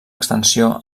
extensió